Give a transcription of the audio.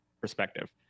perspective